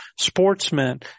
sportsmen